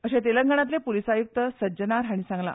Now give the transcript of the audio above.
अशें तेलंगणातले पुलीस आयुक्त सज्जनार हांणी सांगला